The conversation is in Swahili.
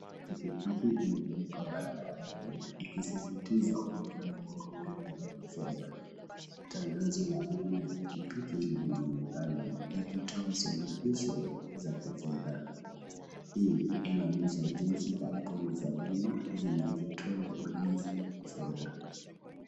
Pikipiki imeanguka barabarani, ikisisitiza muhimu wa huduma za kifedha. Tangazo la bima ya pikipiki linaonekana ikitoa suluhisho za kifedha. Huu inaonyesha jinsi kampuni za bima zinavyotoa ulinzi wa kifedha.